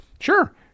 sure